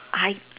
I